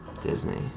Disney